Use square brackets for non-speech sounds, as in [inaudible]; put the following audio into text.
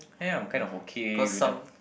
I am kind of okay if you don't [noise]